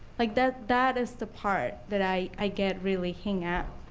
like that that is the part that i i get really hang out.